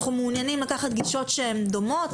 אנחנו מעוניינים לקחת גישות דומות.